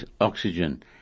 oxygen